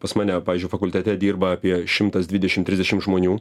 pas mane pavyzdžiui fakultete dirba apie šimtas dvidešim trisdešim žmonių